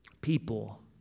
people